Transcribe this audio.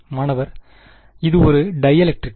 மாணவர் இது ஒரு டைஎலெக்ட்ரிக்